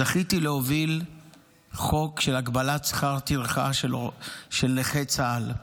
זכיתי להוביל חוק של הגבלת שכר טרחה של נכי צה"ל.